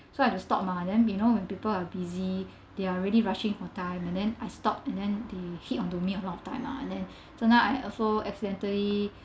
so I have to stop mah then you know when people are busy they are already rushing for time and then I stopped and then they hit onto me a lot of time lah and then so now I also accidentally